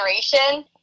generation